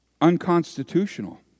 unconstitutional